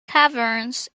caverns